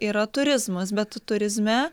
yra turizmas bet turizme